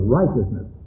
righteousness